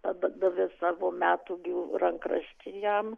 padavė savo metūgių rankraštį jam